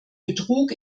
betrug